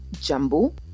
Jumbo